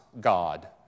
God